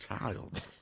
child